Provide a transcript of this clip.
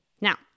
Now